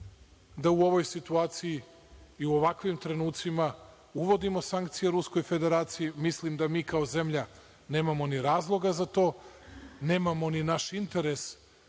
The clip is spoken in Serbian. da u ovoj situaciji i u ovakvim trenucima uvodimo sankcije Ruskoj Federaciji. Mislim da mi kao zemlja nemamo ni razloga za to, nemamo ni naš interes